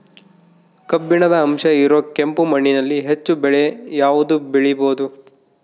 ಕಬ್ಬಿಣದ ಅಂಶ ಇರೋ ಕೆಂಪು ಮಣ್ಣಿನಲ್ಲಿ ಹೆಚ್ಚು ಬೆಳೆ ಯಾವುದು ಬೆಳಿಬೋದು?